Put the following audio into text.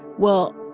well,